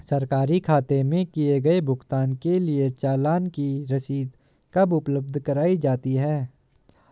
सरकारी खाते में किए गए भुगतान के लिए चालान की रसीद कब उपलब्ध कराईं जाती हैं?